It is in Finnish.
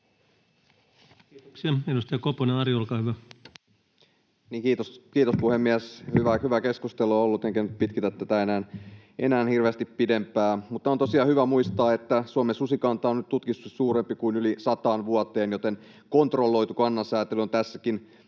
ja susivahinkojen estäminen Time: 19:53 Content: Kiitos, puhemies! Hyvää keskustelua on ollut, enkä nyt pitkitä tätä enää hirveästi pidempään, mutta on tosiaan hyvä muistaa, että Suomen susikanta on nyt tutkitusti suurempi kuin yli sataan vuoteen, joten kontrolloitu kannansäätely on tässäkin